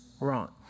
wrong